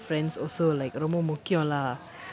friends also like ரொம்ப முக்கியம்:romba mukkiyam lah